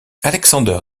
alexander